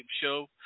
show